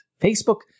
Facebook